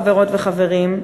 חברות וחברים,